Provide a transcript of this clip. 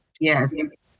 Yes